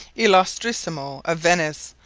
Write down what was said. illostrissimo of venice,